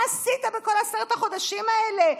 מה עשית בכל עשרת החודשים האלה,